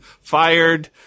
Fired